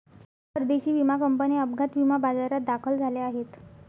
परदेशी विमा कंपन्या अपघात विमा बाजारात दाखल झाल्या आहेत